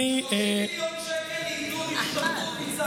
אתם נותנים 30 מיליון שקל לארגון של השתמטות מצה"ל,